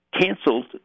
canceled